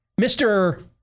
Mr